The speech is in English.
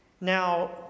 Now